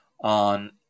on